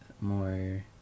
more